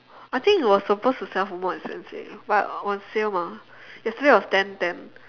I think it was supposed to sell for more expensive but on sale mah yesterday was ten ten